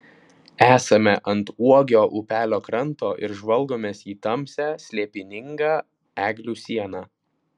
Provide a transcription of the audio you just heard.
esame ant uogio upelio kranto ir žvalgomės į tamsią slėpiningą eglių sieną